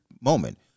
moment